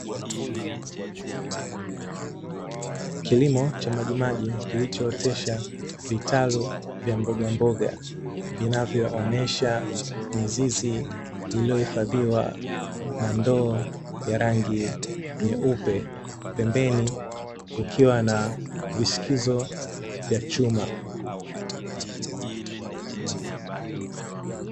Kilimo cha majimaji kilichootesha vitalu vya mbogamboga vinavyoonesha mizizi iliyohifadhiwa na ndoo ya rangi nyeupe pembeni kukiwa na vishikizo vya chuma.